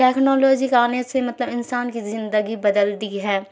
technology کا آنے سے مطلب انسان کی زندگی بدل دی ہے